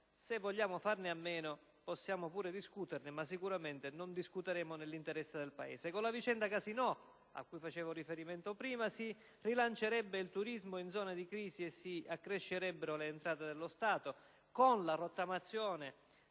Se vogliamo farne a meno possiamo anche discuterne, ma sicuramente non sarebbe nell'interesse del Paese. Con la vicenda dei casinò, cui facevo riferimento prima, si rilancerebbe il turismo in zone di crisi e si accrescerebbero le entrate dello Stato. Con la rottamazione